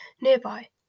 Nearby